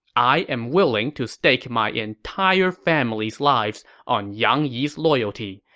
i am willing to stake my entire family's lives on yang yi's loyalty.